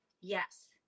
Yes